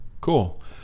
cool